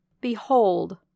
Behold